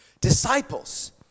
disciples